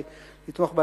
יש שני דגמים,